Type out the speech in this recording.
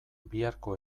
biharko